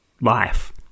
life